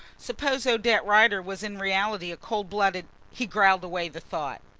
suppose odette rider was in reality a cold-blooded. he growled away the thought.